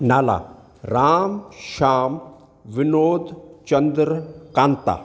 Nala Ram Shyam Vinod Chandra Kanta